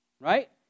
right